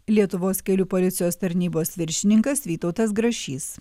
lietuvos kelių policijos tarnybos viršininkas vytautas grašys